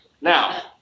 Now